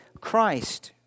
Christ